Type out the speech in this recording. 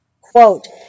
quote